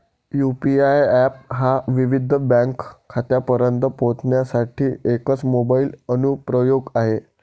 UPI app हा विविध bank खात्यांपर्यंत पोहोचण्यासाठी एकच मोबाइल अनुप्रयोग आहे